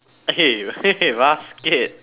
eh basket